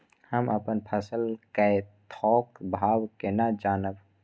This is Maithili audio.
हम अपन फसल कै थौक भाव केना जानब?